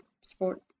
Sport